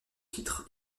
titre